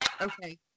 Okay